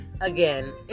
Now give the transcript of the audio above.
again